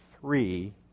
three